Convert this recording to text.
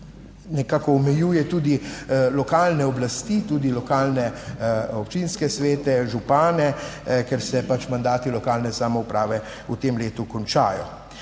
nekako omejuje tudi lokalne oblasti, tudi lokalne občinske svete, župane, ker se pač mandati lokalne samouprave v tem letu končajo.